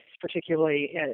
particularly